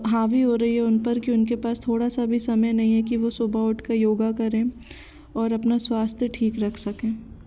हावी हो रही है उन पर कि उनके पास थोड़ा सा भी समय नहीं है कि वो सुबह उठ क योगा करें और अपना स्वास्थ्य ठीक रख सकें